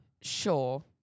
Sure